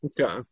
Okay